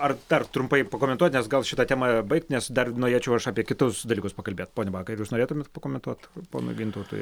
ar dar trumpai pakomentuot nes gal šitą temą baigt nes dar norėčiau aš apie kitus dalykus pakalbėt pone bakai ar jūs norėtumėt pakomentuot ponui gintautui